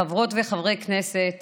חברות וחברי כנסת